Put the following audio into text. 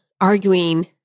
arguing